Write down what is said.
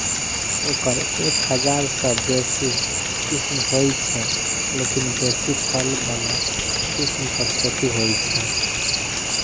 एकर एक हजार सं बेसी किस्म होइ छै, लेकिन बेसी फल बला किस्मक खेती होइ छै